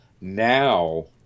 now